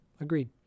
agreed